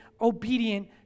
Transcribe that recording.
obedient